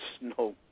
no